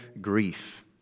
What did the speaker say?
grief